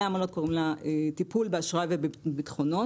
העמלות קוראים לה טיפול באשראי ובביטחונות,